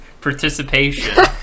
participation